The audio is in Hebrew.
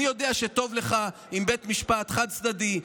אני יודע שטוב לך עם בית משפט חד-צדדי,